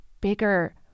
bigger